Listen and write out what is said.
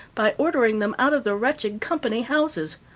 by ordering them out of the wretched company houses.